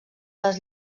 les